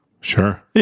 Sure